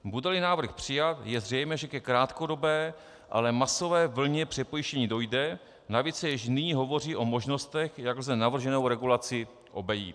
Budeli návrh přijat, je zřejmé, že ke krátkodobé, ale masové vlně přepojištění dojde, navíc se již nyní hovoří o možnostech, jak lze navrženou regulaci obejít.